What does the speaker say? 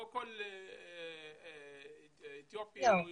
לא כל אתיופי הוא קולט,